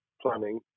planning